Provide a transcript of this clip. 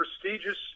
prestigious